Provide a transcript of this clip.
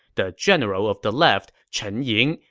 the general of the left chen ying,